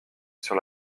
sur